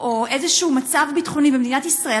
או איזה מצב ביטחוני במדינת ישראל,